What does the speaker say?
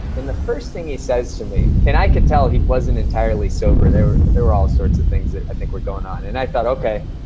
and the first thing he says to me and i could tell he wasn't entirely sober. there there were all sorts of things that i think were going on and i thought, ok.